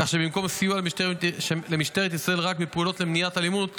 כך שבמקום סיוע למשטרת ישראל רק בפעולות למניעת אלימות